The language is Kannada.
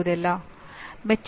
ಎಲ್ಲಾ ಶಿಕ್ಷಕರು ಒಂದೇ ಅಲ್ಲ